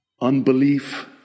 unbelief